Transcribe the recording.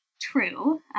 true